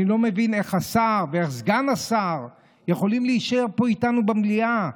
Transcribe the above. אני לא מבין איך השר ואיך סגן השר יכולים להישאר איתנו פה במליאה.